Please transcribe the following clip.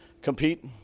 compete